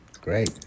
Great